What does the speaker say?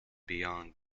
beyond